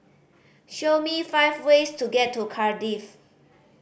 show me five ways to get to Cardiff